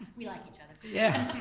we like each other. yeah,